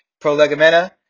Prolegomena